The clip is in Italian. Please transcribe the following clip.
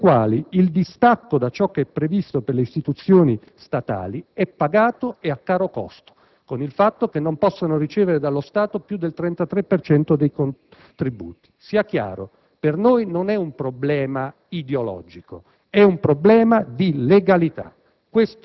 per le quali il distacco da ciò che è previsto per le istituzioni statali è pagato, e a caro costo, con il fatto che non possano ricevere dallo Stato più del 33 per cento dei contributi per il loro funzionamento. Sia chiaro, per noi non è un problema ideologico, è un problema di legalità.